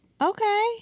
okay